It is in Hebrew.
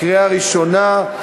קריאה ראשונה.